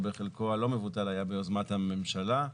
אבל בחלקו הלא מבוטל היה ביוזמת הממשלה,